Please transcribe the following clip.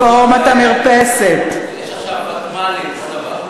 רפורמת המרפסת יש עכשיו ותמ"לים, אותו דבר.